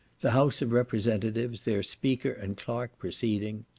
the house of representatives, their speaker and clerk preceding.